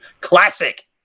classic